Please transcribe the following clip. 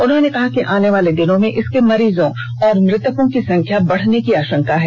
उन्होंने कहा कि आने वाले दिनों में इसके मरीजों और मृतकों की संख्या बढ़ने की आशंका है